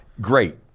great